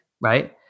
right